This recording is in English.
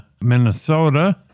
Minnesota